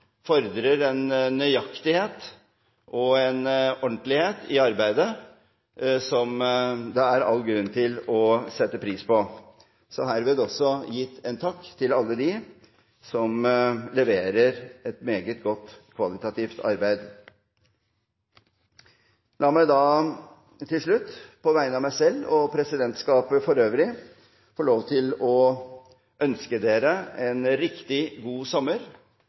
fordrer en nøyaktighet og en ordentlighet i arbeidet som det er all grunn til å sette pris på – så herved er det gitt en takk til alle dem som leverer et kvalitativt meget godt arbeid. La meg til slutt – på vegne av meg selv og presidentskapet for øvrig – få lov til å ønske dere en riktig god sommer